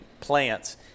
plants